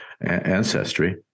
ancestry